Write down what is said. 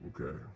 okay